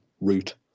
route